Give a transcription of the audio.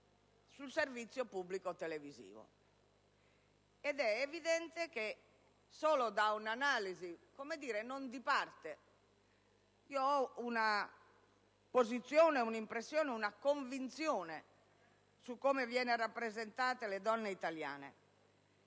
nel servizio pubblico televisivo. È evidente, occorre un'analisi non di parte: io ho una posizione, un'impressione, una convinzione su come vengono rappresentate le donne italiane,